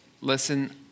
listen